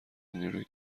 نیروی